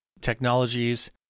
technologies